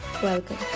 Welcome